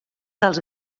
dels